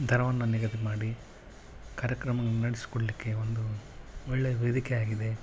ದರವನ್ನು ನಿಗದಿ ಮಾಡಿ ಕಾರ್ಯಕ್ರಮವನ್ನ ನಡೆಸಿಕೊಡ್ಲಿಕ್ಕೆ ಒಂದು ಒಳ್ಳೆಯ ವೇದಿಕೆಯಾಗಿದೆ